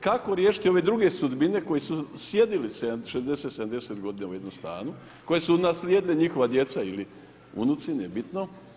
Kako riješiti ove druge sudbine koje su sjedili 60, 70 godina u jednom stanu, koje su naslijedili njihova djeca ili unuci, nije bitno.